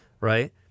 Right